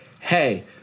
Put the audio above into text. Hey